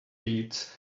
beats